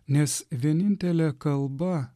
nes vienintelė kalba